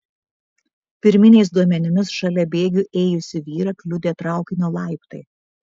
pirminiais duomenimis šalia bėgių ėjusį vyrą kliudė traukinio laiptai